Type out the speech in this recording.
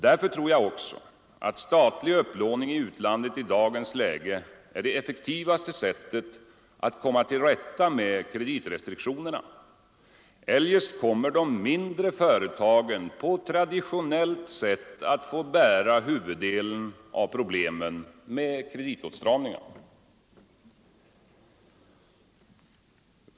Därför tror jag också att statlig upplåning i utlandet i dagens läge är det effektivaste sättet att komma till rätta med kreditrestriktionerna. Eljest kommer de mindre företagen på traditionellt sätt att få bära huvuddelen av problemen med kreditåtstramningen.